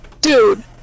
Dude